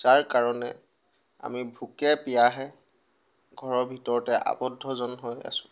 যাৰ কাৰণে আমি ভোকে পিয়াহে ঘৰৰ ভিতৰতে আৱব্ধজন হৈ আছোঁ